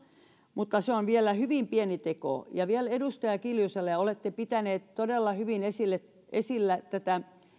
mutta se on vielä hyvin pieni teko ja vielä edustaja kiljuselle olette pitänyt todella hyvin esillä tätä